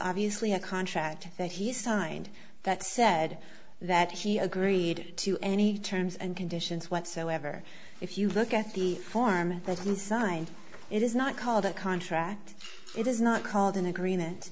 obviously a contract that he signed that said that he agreed to any terms and conditions whatsoever if you look at the form that unsigned it is not called a contract it is not called an agreement